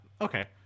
okay